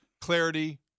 clarity